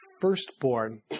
firstborn